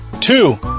Two